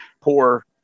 poor